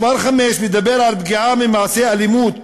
פסקה (5) מדברת על "פגיעה ממעשה אלימות,